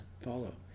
follow